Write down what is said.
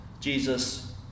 Jesus